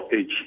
age